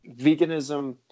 veganism